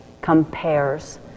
compares